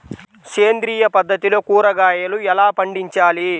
సేంద్రియ పద్ధతిలో కూరగాయలు ఎలా పండించాలి?